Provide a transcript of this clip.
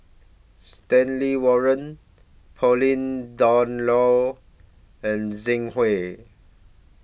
Stanley Warren Pauline Dawn Loh and Zhang Hui